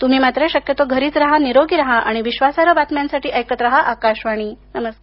तुम्ही मात्र शकयतो घरीच रहा निरोगी राहा आणि विश्वासार्ह बातम्यांसाठी ऐकत राहा आकाशवाणी नमस्कार